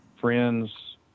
friends